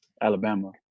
Alabama